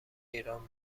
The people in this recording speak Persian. ایران